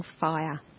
fire